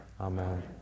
Amen